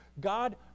god